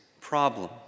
problem